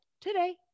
today